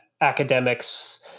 academics